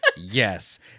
Yes